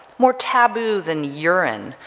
more taboo than urine,